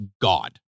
God